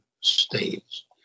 states